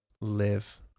live